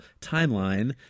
timeline